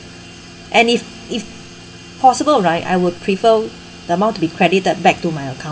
and if if possible right I would prefer the amount to be credited back to my account